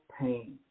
pain